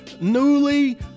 newly